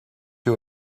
you